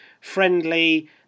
friendly